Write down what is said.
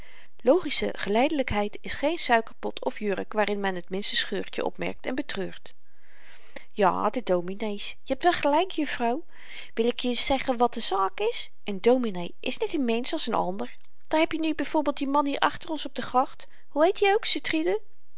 logische geleidelykheid is geen suikerpot of jurk waarin men t minste scheurtjen opmerkt en betreurt ja de dominees je hebt wel gelyk juffrouw wil ik je n eens zeggen wat de zaak is n dominee is net n mensch als n ander daar heb je nu byv die man hier achter ons op de gracht hoe heet i ook